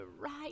right